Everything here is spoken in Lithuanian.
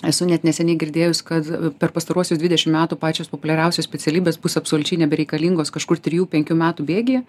esu net neseniai girdėjus kad per pastaruosius dvidešim metų pačios populiariausios specialybės bus absoliučiai nebereikalingos kažkur trijų penkių metų bėgyje